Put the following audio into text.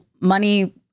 money